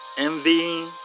Envy